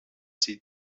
sie